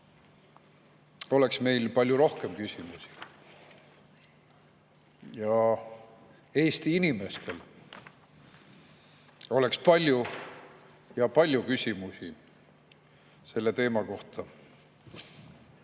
oleks meil palju rohkem küsimusi ja ka Eesti inimestel oleks palju-palju küsimusi selle teema kohta.